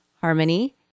harmony